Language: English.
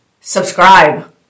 Subscribe